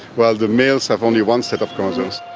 while the males have only one set of chromosomes.